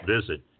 visit